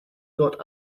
thought